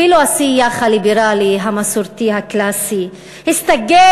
אפילו השיח הליברלי המסורתי הקלאסי הסתגל